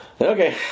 Okay